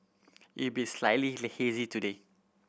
it be slightly hazy today